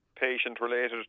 patient-related